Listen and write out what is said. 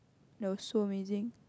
that was so amazing